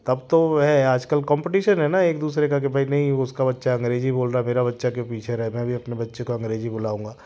तब तो है आजकल कोम्पटिशन हैना एक दूसरे का कि भाई नहीं उसका बच्चा अंग्रेजी बोल रहा है मेरा बच्चा क्यों पीछे रहे मैं भी अपने बच्चे को अंग्रजी बोलाऊँगा